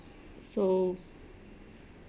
so